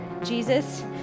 Jesus